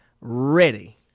ready